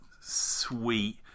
sweet